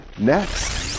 next